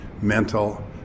mental